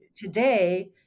Today